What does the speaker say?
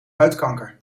huidkanker